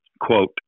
Quote